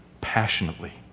passionately